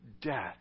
death